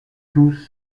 tous